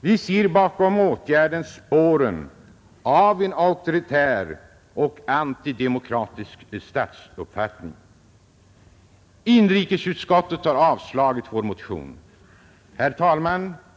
Vi ser bakom åtgärden spåren av en auktoritär och antidemokratisk statsuppfattning. Inrikesutskottet har avstyrkt vår motion. Herr talman!